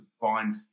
find